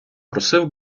просив